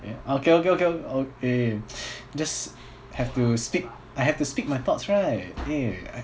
okay okay okay o~ okay just have to speak I had to speak my thoughts right okay